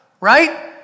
Right